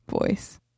voice